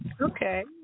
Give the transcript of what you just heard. Okay